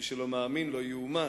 מי שלא מאמין, לא יאומן.